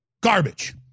garbage